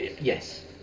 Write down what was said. yes